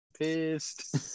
pissed